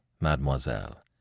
Mademoiselle